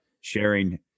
sharing